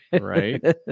Right